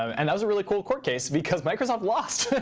and that was a really cool court case, because microsoft lost.